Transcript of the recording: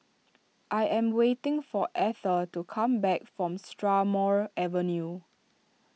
I am waiting for Etter to come back from Strathmore Avenue